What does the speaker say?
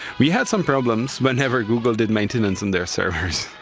we had some problems whenever google did maintenance on their servers.